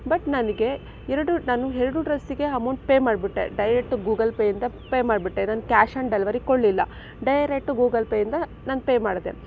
but ನನಗೆ ಎರಡು ನಾನು ಎರಡು ಡ್ರೆಸ್ಸಿಗೆ ಅಮೌಂಟ್ ಪೇ ಮಾಡಿಬಿಟ್ಟೆ ಡೈರೆಕ್ಟ್ ಗೂಗಲ್ ಪೇಯಿಂದ ಪೇ ಮಾಡಿಬಿಟ್ಟೆ ನನ್ನ ಕ್ಯಾಶ್ ಆನ್ ಡೆಲಿವರಿ ಕೊಡಲಿಲ್ಲ ಡೈರೆಕ್ಟ್ ಗೂಗಲ್ ಪೇಯಿಂದ ನಾನು ಪೇ ಮಾಡಿದೆ